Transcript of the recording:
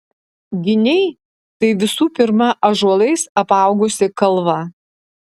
giniai tai visų pirma ąžuolais apaugusi kalva